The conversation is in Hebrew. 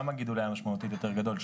גם הגידול היה משמעותית יותר גדול.